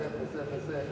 זה וזה וזה,